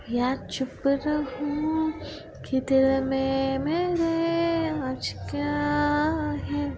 या चुप रहूं की दिल मे मेरे आज क्या है